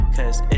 Cause